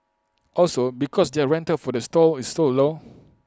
also because their rental for the stall is so low